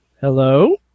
hello